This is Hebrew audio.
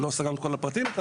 לא מדובר פה בתקציבי ענק.